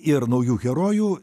ir naujų herojų